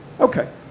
Okay